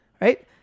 Right